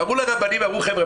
קראו לרבנים ואמרו להם 'חבר'ה,